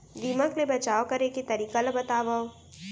दीमक ले बचाव करे के तरीका ला बतावव?